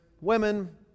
women